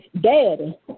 daddy